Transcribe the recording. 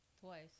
Twice